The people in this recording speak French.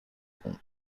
bronze